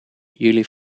jullie